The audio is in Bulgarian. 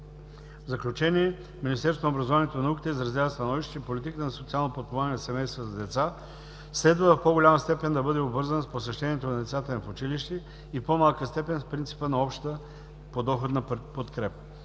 В заключение, Министерството на образованието и науката изразява становището, че политиката на социалното подпомагане на семействата с деца следва в по-голяма степен да бъде обвързана с посещението на децата им в училище и в по-малка степен с принципа на обща подоходна подкрепа.